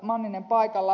manninen paikalla